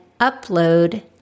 upload